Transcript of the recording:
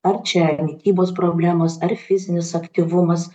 ar čia mitybos problemos ar fizinis aktyvumas